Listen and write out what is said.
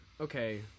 okay